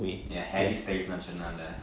ya harry styles நடுச்சதுனால:naduchathu naala